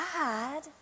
God